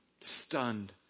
stunned